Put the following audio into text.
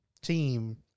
team